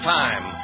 time